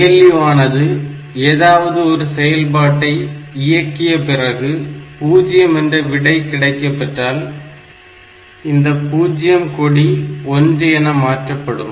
ALU ஆனது ஏதாவது ஒரு செயல்பாட்டை இயக்கியபிறகு 0 என்ற விடை கிடைக்கப்பெற்றால் இந்த பூஜ்ஜியம் கொடி 1 என மாற்றப்படும்